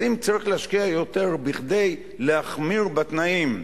אז אם צריך להשקיע יותר כדי להחמיר בתנאים,